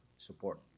support